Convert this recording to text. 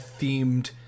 themed